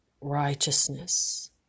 righteousness